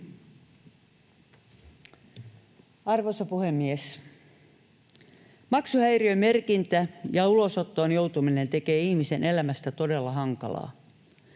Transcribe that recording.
Arvoisa puhemies! Maksuhäiriömerkintä ja ulosottoon joutuminen tekevät ihmisen elämästä todella hankalaa.